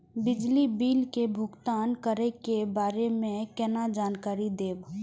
बिजली बिल के भुगतान करै के बारे में केना जानकारी देब?